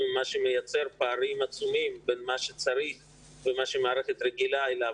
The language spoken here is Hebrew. מה שיוצר פערים עצומים בין מה שצריך ומה שהמערכת רגילה אליו